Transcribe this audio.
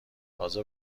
تازه